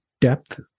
depth